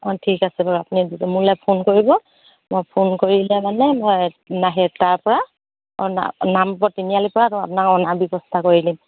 অঁ ঠিক আছে বাৰু আপুনি মোলৈ ফোন কৰিব মই ফোন কৰিলে মানে মই নাহে তাৰ পৰা নাম নামৰূপৰ তিনিআলিৰ পৰা আপোনাক অনা ব্যৱস্থা কৰি দিম